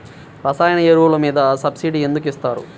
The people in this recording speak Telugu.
రసాయన ఎరువులు మీద సబ్సిడీ ఎందుకు ఇస్తారు?